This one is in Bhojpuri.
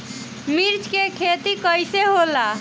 मिर्च के खेती कईसे होला?